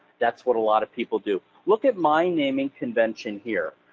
that's what a lot of people do. look at my naming convention here.